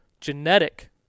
genetic